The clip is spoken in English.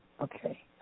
Okay